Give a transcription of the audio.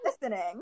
listening